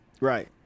Right